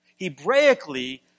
Hebraically